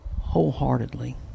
wholeheartedly